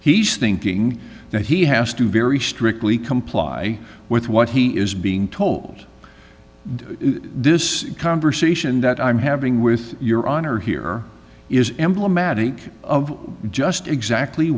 he's thinking that he has to very strictly comply with what he is being told and this conversation that i'm having with your honor here is emblematic of just exactly